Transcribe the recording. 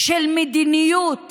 של מדיניות